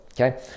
okay